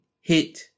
hit